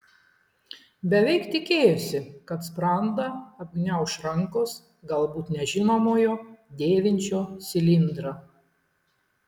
beveik tikėjosi kad sprandą apgniauš rankos galbūt nežinomojo dėvinčio cilindrą